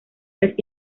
las